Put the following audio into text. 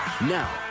Now